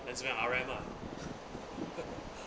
then 这边 R_M ah